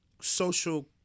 social